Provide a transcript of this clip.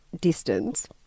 distance